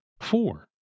four